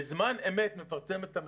בזמן אמת מפרסם את המחירים,